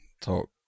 talk